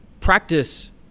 practice